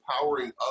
empowering